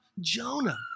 Jonah